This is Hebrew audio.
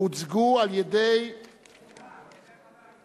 שהוצגה על-ידי